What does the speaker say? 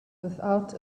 without